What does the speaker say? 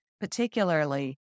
particularly